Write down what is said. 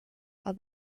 are